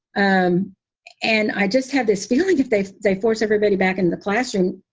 um and i just have this feeling if they they force everybody back into the classroom,